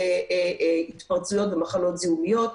מיני התפרצויות למחלות זיהומיות.